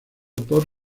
por